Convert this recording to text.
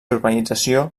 urbanització